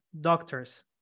doctors